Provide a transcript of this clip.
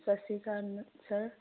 ਸਤਿ ਸ਼੍ਰੀ ਅਕਾਲ ਸਰ